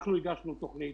אנחנו הגשנו תוכנית,